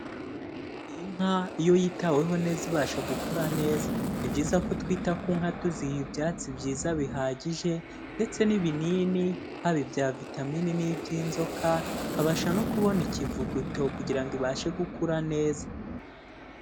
Inka iyo yitaweho neza ibasha gukura neza. Ni byiza ko twita ku nka tuziha ibyatsi byiza bihagije, ndetse n'ibinini, haba ibya vitamini n'iby'inzoka, ikabasha no kubona ikivuguto kugira ngo ibashe gukura neza.